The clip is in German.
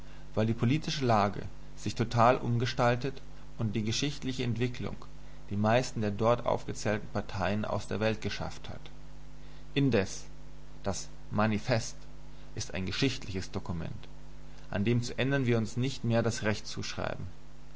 weil die politische lage sich total umgestaltet und die geschichtliche entwicklung die meisten der dort aufgezählten parteien aus der welt geschafft hat indes das manifest ist ein geschichtliches dokument an dem zu ändern wir uns nicht mehr das recht zuschreiben